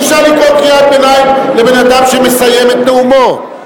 אי-אפשר לקרוא קריאות ביניים לבן-אדם שמסיים את נאומו.